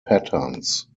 patterns